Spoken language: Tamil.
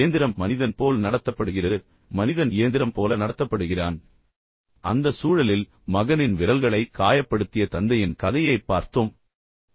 இயந்திரம் மனிதன் போல் நடத்தப்படுகிறது மற்றும் மனிதன் ஒரு இயந்திரம் போல நடத்தப்படுகிறான் எனவே அந்த சூழலில் உண்மையில் மகனின் விரல்களை காயப்படுத்திய தந்தையின் கதையைப் பற்றி நான் உங்களுக்குச் சொன்னேன்